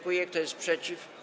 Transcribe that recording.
Kto jest przeciw?